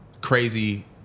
crazy